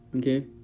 Okay